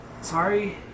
Sorry